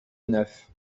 neuf